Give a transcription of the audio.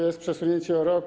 Jest przesunięcie o rok.